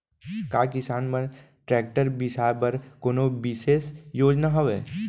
का किसान मन बर ट्रैक्टर बिसाय बर कोनो बिशेष योजना हवे?